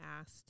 asked